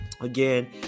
Again